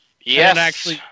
Yes